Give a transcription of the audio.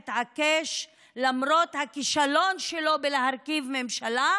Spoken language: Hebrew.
למרות הכישלון שלו בלהרכיב ממשלה,